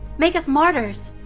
make us martyrs,